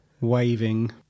Waving